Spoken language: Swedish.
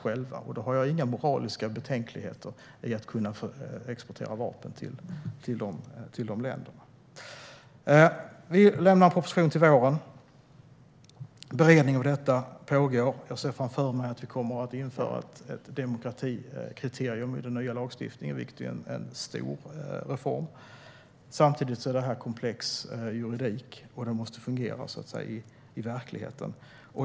Jag inga moraliska betänkligheter vad gäller att exportera vapen till dessa länder. Vi lägger fram en proposition till våren, och beredning pågår. Jag ser framför mig att vi kommer att införa ett demokratikriterium i den nya lagstiftningen, vilket är en stor reform. Samtidigt är det komplex juridik, och det måste fungera i verkligheten.